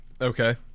Okay